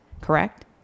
correct